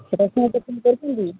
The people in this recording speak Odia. ରସୁଣ ଚଟଣୀ କରୁଛନ୍ତି